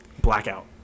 Blackout